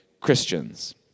Christians